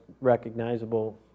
recognizable